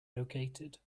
located